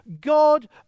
God